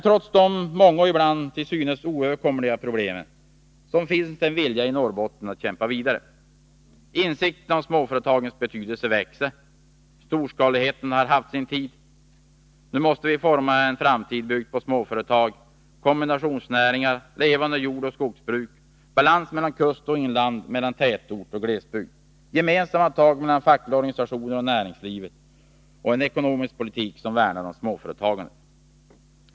Trots de många och ibland till synes oöverkomliga problemen finns det en vilja i Norrbotten att kämpa vidare. Insikten om småföretagens betydelse växer. Storskaligheten har haft sin tid. Nu måste vi forma en framtid byggd på småföretag, kombinationsnäringar, levande jordoch skogsbruk, balans mellan kust och inland samt mellan tätort och glesbygd, gemensamma tag av de fackliga organisationerna och näringslivet samt en ekonomisk politik som värnar om småföretagandet.